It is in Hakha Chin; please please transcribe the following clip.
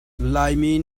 laimi